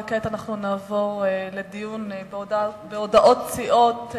כעת אנחנו נעבור לדיון בהודעות סיעות.